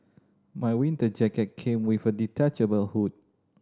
my winter jacket came with a detachable hood